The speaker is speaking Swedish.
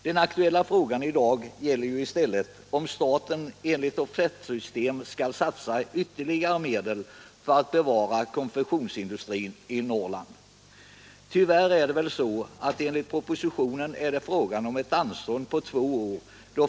Dagens aktuella fråga gäller i stället om staten enligt offertsystem skall satsa ytterligare medel för att bevara konfektionsindustrin i Norrland. Tyvärr är det väl enligt propositionen fråga om ett anstånd på två år.